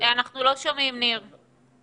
אנחנו מסונכרנים במאת